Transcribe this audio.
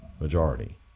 majority